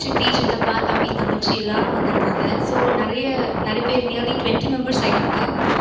சித்தி சித்தப்பா தம்பி தங்கச்சி எல்லாரும் வந்து இருந்தாங்க ஸோ நிறைய நிறைய பேர் நியர்லி டுவெண்டி மெம்பெர்ஸ் ஆயிட்டாங்க